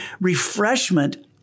refreshment